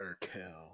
Urkel